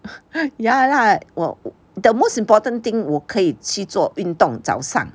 ya lah the most important thing 我可以去做运动早上